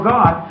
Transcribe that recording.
God